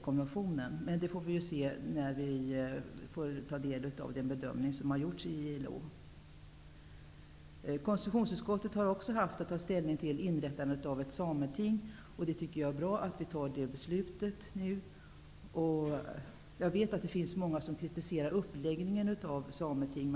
konventionen. Det får vi emellertid se, efter att ha tagit del av ILO:s bedömning. Konstitutionsutskottet har också haft att ta ställning till inrättandet av ett Sameting. Jag tycker att det är bra att beslut nu fattas. Det finns många som kritiserar uppläggningen av Sameting.